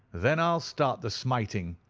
then i'll start the smiting,